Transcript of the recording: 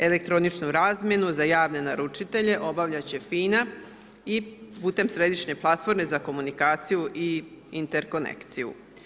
Elektroničnu razmjenu za javne naručitelje obavljat će FINA i putem središnje platforme za komunikaciju i interkonekciju.